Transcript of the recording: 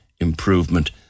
Improvement